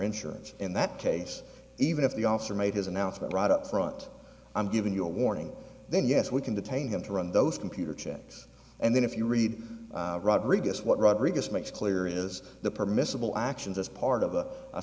insurance in that case even if the officer made his announcement right up front i'm giving you a warning then yes we can detain him to run those computer checks and then if you read rodriguez what rodriguez makes clear is that permissible actions as part of